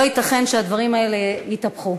לא ייתכן שהדברים האלה יתהפכו